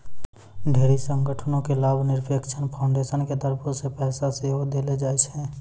ढेरी संगठनो के लाभनिरपेक्ष फाउन्डेसन के तरफो से पैसा सेहो देलो जाय छै